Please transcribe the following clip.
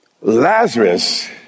Lazarus